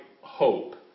hope